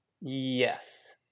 Yes